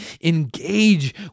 engage